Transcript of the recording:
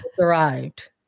arrived